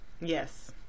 Yes